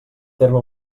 terme